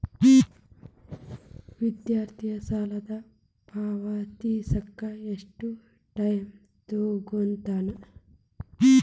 ವಿದ್ಯಾರ್ಥಿ ಸಾಲನ ಪಾವತಿಸಕ ಎಷ್ಟು ಟೈಮ್ ತೊಗೋತನ